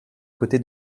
côté